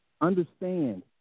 understand